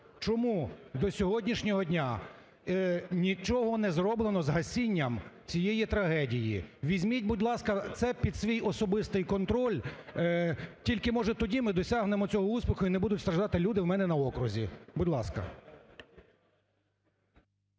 Чому до сьогоднішнього дня нічого не зроблено з гасінням цієї трагедії? Візьміть, будь ласка, це під свій особистий контроль. Тільки, може, тоді ми досягнемо цього успіху і не буду страждати люди у мене на окрузі. Будь ласка.